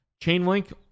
Chainlink